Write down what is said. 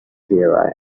here